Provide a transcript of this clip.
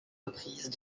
reprises